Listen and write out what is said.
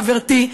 חברתי,